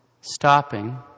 stopping